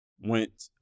went